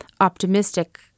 optimistic